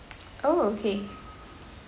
oh okay